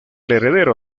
heredero